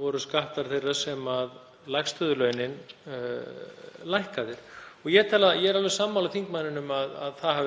voru skattar þeirra sem lægst höfðu launin lækkaðir. Ég er alveg sammála þingmanninum um að það